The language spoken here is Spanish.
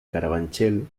carabanchel